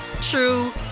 true